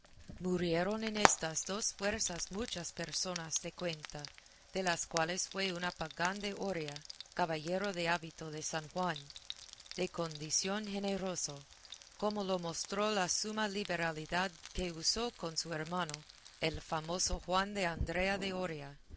murieron en estas dos fuerzas muchas personas de cuenta de las cuales fue una pagán de oria caballero del hábito de san juan de condición generoso como lo mostró la summa liberalidad que usó con su hermano el famoso juan de andrea de oria